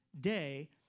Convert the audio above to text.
day